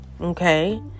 okay